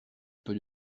peu